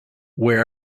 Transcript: where